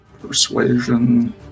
persuasion